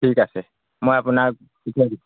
ঠিক আছে মই আপোনাক পঠিয়াই দিম